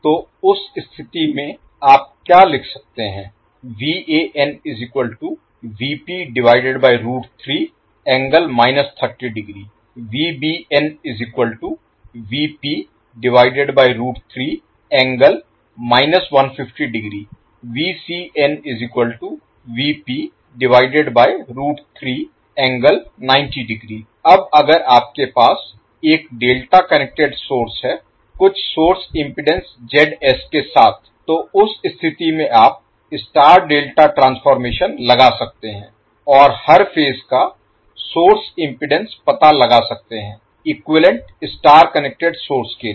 तो उस स्थिति में आप क्या लिख सकते हैं अब अगर आपके पास एक डेल्टा कनेक्टेड सोर्स है कुछ सोर्स इम्पीडेन्स के साथ तो उस स्थिति में आप स्टार डेल्टा ट्रांसफॉर्मेशन लगा सकते हैं और हर फेज का सोर्स इम्पीडेन्स पता लगा सकते हैं इक्विवैलेन्ट स्टार कनेक्टेड सोर्स के लिए